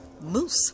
Moose